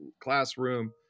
classroom